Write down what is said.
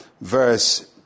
verse